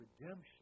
redemption